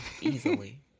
easily